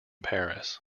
paris